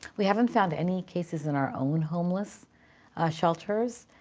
we haven't found any cases in our own homeless shelters.